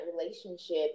relationship